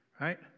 right